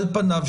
על פניו,